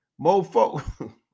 mofo